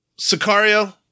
Sicario